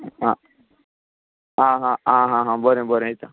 आं आं हां हां बरें बरें येता